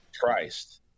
Christ